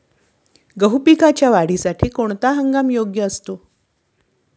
गहू पिकाच्या वाढीसाठी कोणता हंगाम योग्य असतो?